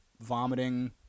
vomiting